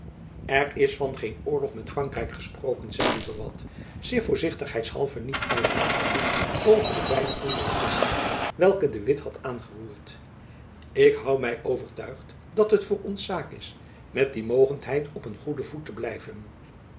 er is van geen oorlog met frankrijk gesproken zeide buat zich voorzichtigheidshalve niet uitlatende over de beide andere punten welke de witt had aangeroerd ik hoû my overtuigd dat het voor ons zaak is met die mogendheid op een goeden voet te blijven